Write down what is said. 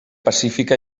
pacífica